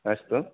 अस्तु